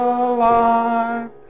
alive